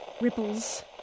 ripples